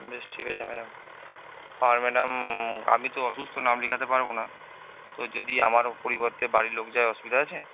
বেশ ঠিক আছে ম্যাডাম আর ম্যাডাম আমি তো অসুস্থ নাম লেখাতে পারবো না তো যদি আমার পরিবর্তে বাড়ির লোক যায় অসুবিধা আছে